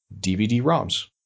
DVD-ROMs